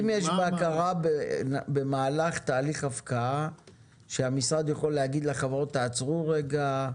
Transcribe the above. האם יש בקרה במהלך תהליך הפקעה שהמשרד יכול להגיד לחברות: עצרו רגע,